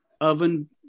oven